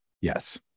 Yes